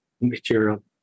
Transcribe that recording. material